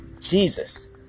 Jesus